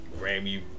Grammy